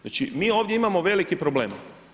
Znači mi ovdje imamo veliki problem.